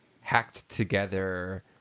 hacked-together